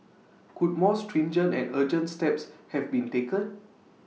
could more stringent and urgent steps have been taken